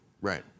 Right